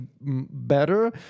better